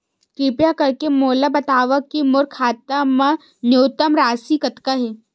किरपा करके मोला बतावव कि मोर खाता मा न्यूनतम राशि कतना हे